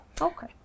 Okay